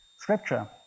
Scripture